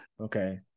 Okay